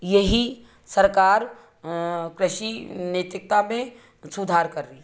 यही सरकार कृषि नैतिकता में सुधार करती है